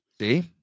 See